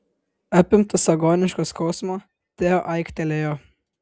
apimtas agoniško skausmo teo aiktelėjo